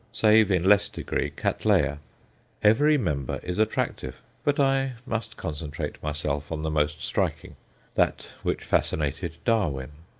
save, in less degree, cattleya every member is attractive. but i must concentrate myself on the most striking that which fascinated darwin.